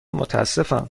متاسفم